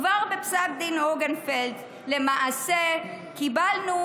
כבר בפסק דין אונגרפלד למעשה קיבלנו